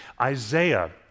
Isaiah